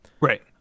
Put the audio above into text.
right